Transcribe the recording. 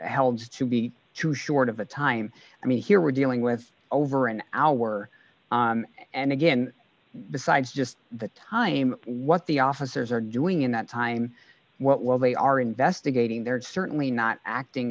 held to be too short of a time i mean here we're dealing with over an hour and again besides just the time what the officers are doing in that time what well they are investigating they're certainly not acting